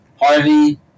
Harvey